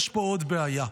יש פה עוד בעיה.